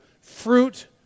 Fruit